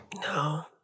No